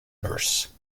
nurse